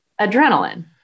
Adrenaline